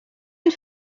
une